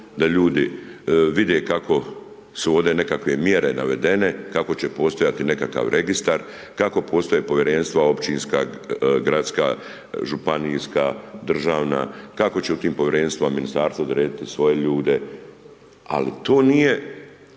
da ljudi vide kako su ovdje nekakve mjere navedene, kako će postojati nekakav registar, kako postoje Povjerenstva općinska, gradska, županijska, državna, kako će u tim Povjerenstvima Ministarstvo odrediti svoje ljude, ali to nije,